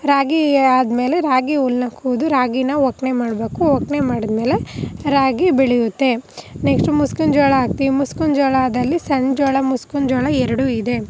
ರಾಗಿ ಆದ್ಮೇಲೆ ರಾಗಿ ಹುಲ್ಲನ್ನ ಕೊಯ್ದು ರಾಗಿನ ಒಕ್ಕಣೆ ಮಾಡಬೇಕು ಒಕ್ಕಣೆ ಮಾಡಿದ್ಮೇಲೆ ರಾಗಿ ಬೆಳೆಯುತ್ತೆ ನೆಕ್ಸ್ಟ್ ಮುಸ್ಕಿನ ಜೋಳ ಹಾಕ್ತೀವಿ ಮುಸ್ಕಿನ ಜೋಳದಲ್ಲಿ ಸಣ್ಣ ಜೋಳ ಮುಸ್ಕಿನ ಜೋಳ ಎರಡೂ ಇದೆ